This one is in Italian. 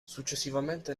successivamente